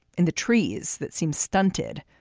in the trees that seem stunted,